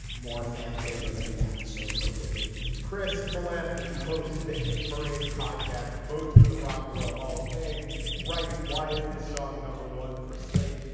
more fan favorite of the act. so go figure chris melaniphy hosts the hit parade podcast. votes for the rock and roll hall of fame writes, why is this song number one for slate?